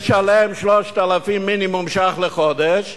ישלם מינימום 3,000 שקלים לחודש,